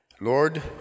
Lord